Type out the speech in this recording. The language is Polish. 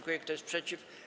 Kto jest przeciw?